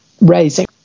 raising